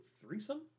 threesome